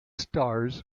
stars